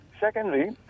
Secondly